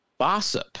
Bossip